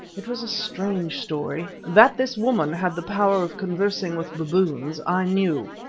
it was a strange story. that this woman had the power of conversing with baboons i knew.